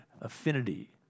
affinity